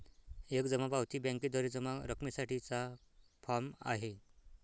एक जमा पावती बँकेद्वारे जमा रकमेसाठी चा फॉर्म आहे